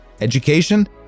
Education